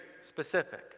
specific